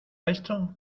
esto